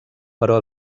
però